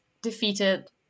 defeated